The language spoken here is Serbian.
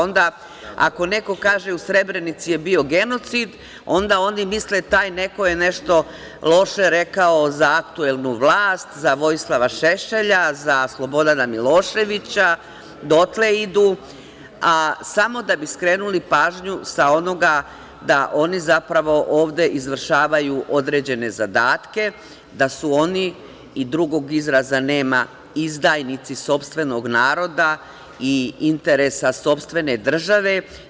Onda, ako neko kaže da je u Srebrenici bio genocid, onda oni misle taj neko je nešto loše rekao za aktuelnu vlast, za Vojislava Šešelja, za Slobodana Miloševića, dotle idu samo da bi skrenuli pažnju sa onoga da oni zapravo ovde izvršavaju određene zadatke, da su oni, i drugog izraza nema, izdajnici sopstvenog naroda i interesa sopstvene državu.